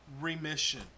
remission